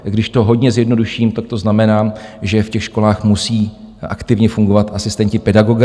Když to hodně zjednoduším, tak to znamená, že ve školách musí aktivně fungovat asistenti pedagoga.